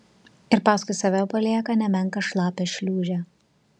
ir paskui save palieka nemenką šlapią šliūžę